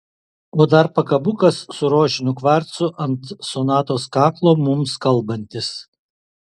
o dar pakabukas su rožiniu kvarcu ant sonatos kaklo mums kalbantis